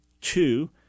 Two